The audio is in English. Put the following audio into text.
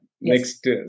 Next